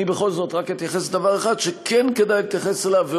אני בכל זאת רק אתייחס לדבר אחד שכן כדאי להתייחס אליו,